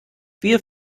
wir